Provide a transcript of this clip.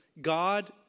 God